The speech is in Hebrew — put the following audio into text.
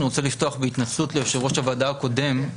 אני רוצה לפתוח בהתנצלות ליושב ראש הוועדה הקודם,